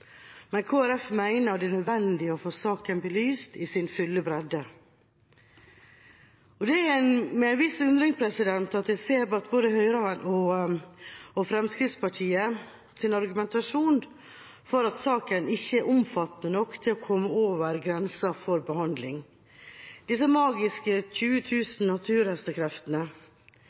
men Kristelig Folkeparti mener det er nødvendig å få saken belyst i sin fulle bredde. Det er med en viss undring at jeg ser Høyre og Fremskrittspartiets argumentasjon for at saken ikke er omfattende nok til å komme over grensa for behandling – disse magiske 20